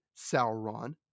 Sauron